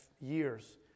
years